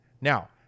Now